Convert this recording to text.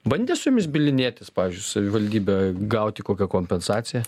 bandė su jumis bylinėtis pavyzdžiui savivaldybę gauti kokią kompensaciją